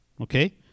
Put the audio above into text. okay